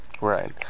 Right